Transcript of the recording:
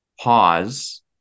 pause